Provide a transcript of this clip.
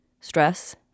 stress